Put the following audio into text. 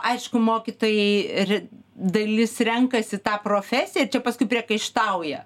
aišku mokytojai ir dalis renkasi tą profesiją čia paskui priekaištauja